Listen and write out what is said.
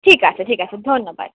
ঠিক আছে ঠিক আছে ধন্যবাদ